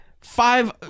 five